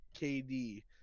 KD